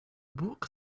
book